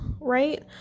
right